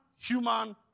human